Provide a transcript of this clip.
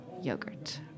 yogurt